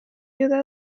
viuda